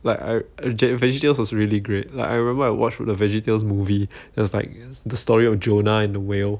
like I veggietales was really great like I remember I watched the veggietales movie that was like the story of jonah and the whale